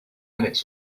minutes